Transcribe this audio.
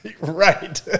Right